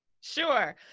Sure